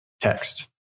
text